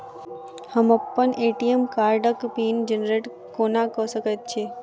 हम अप्पन ए.टी.एम कार्डक पिन जेनरेट कोना कऽ सकैत छी?